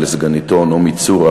ולסגניתו נעמי צור,